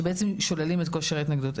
שבעצם שוללים את כושר ההתנגדות.